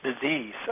disease